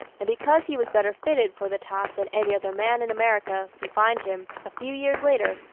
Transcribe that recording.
and because he was better fitted for the task than any other man in america, we find him, a few years later,